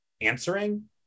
answering